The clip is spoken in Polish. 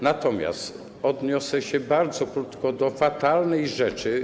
Natomiast odniosę się bardzo krótko do fatalnej rzeczy.